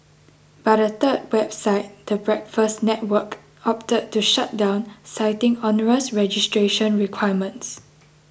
but a third website the Breakfast Network opted to shut down citing onerous registration requirements